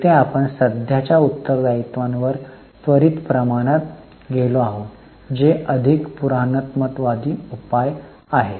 येथे आपण सध्याच्या उत्तरदायित्वांवर त्वरित प्रमाणात गेलो आहोत जे अधिक पुराणमतवादी उपाय आहे